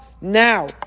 now